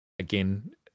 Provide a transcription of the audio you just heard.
again